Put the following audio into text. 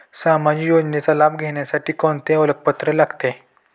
सामाजिक योजनेचा लाभ घेण्यासाठी कोणते ओळखपत्र लागते?